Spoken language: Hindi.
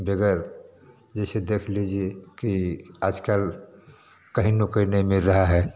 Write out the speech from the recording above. जैसे देख लीजिए कि आजकल कहीं नौकरी नहीं मिल रहा है